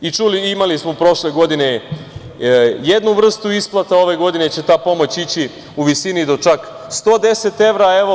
Imali smo prošle godine jednu vrstu isplate, ove godine će ta pomoć ići u visini do čak 110 evra.